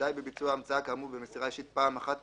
די בביצוע המצאה כאמור במסירה אישית פעם אחת